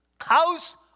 House